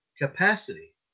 capacity